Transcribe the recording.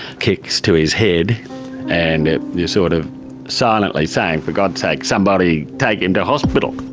kicks to his head and you're sort of silently saying for god sake, somebody take him to hospital.